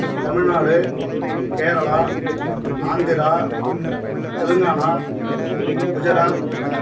Tamil Nadu Kerala Andhra Telangana Gujarat